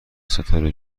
ستاره